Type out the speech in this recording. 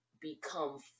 become